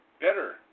better